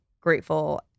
grateful